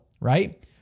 right